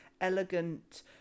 elegant